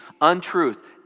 untruth